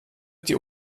die